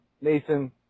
Nathan